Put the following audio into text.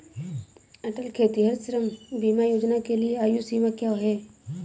अटल खेतिहर श्रम बीमा योजना के लिए आयु सीमा क्या है?